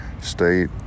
state